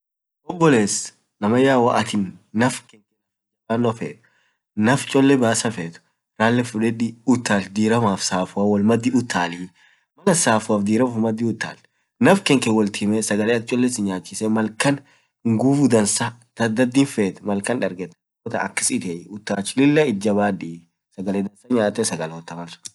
oboless, namayaa hoo atin naaf cholle bassa feet, ralle fudedi utaalch diramaaf safoauttal killa safoaf diram woalbadi utaal naaf keenke woal timuu sagalee akk cholle sii nyachiseeakdansaa mall kaan nguvuu dadin feet dargetalilla itt jabad malsun akdansa sagalee nyatee hinsagalota.